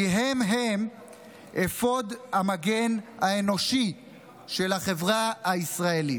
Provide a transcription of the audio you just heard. כי הם הם אפוד המגן האנושי של החברה הישראלית.